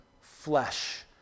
flesh